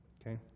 okay